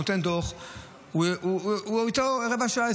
הוא נותן דוח והוא עם אותו אחד רבע שעה,